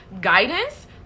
guidance